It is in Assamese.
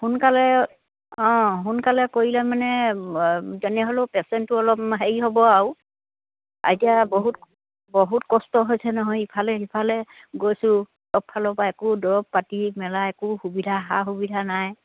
সোনকালে অঁ সোনকালে কৰিলে মানে যেনেহ'লেও পেচেণ্টটো অলপ হেৰি হ'ব আৰু এতিয়া বহুত বহুত কষ্ট হৈছে নহয় ইফালে সিফালে গৈছোঁ সবফালৰ পৰা একো দৰৱ পাতি মেলা একো সুবিধা সা সুবিধা নাই